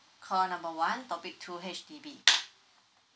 call number one topic two H_D_B